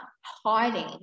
hiding